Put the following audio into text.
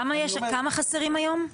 כמה חסרים היום?